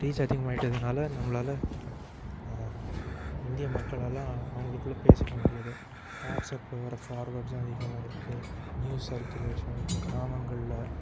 reach அதிகமாகிட்டதுனால நம்மளால் இந்திய மக்களால் அவங்களுக்குள்ள பேசிக்க முடியுது வாட்ஸ்ஆப்பில் வர ஃபார்வட்ஸ்ஸும் அதிகமாகிருக்கு நியூஸ் சர்குலேஷன் கிராமங்களில்